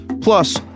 Plus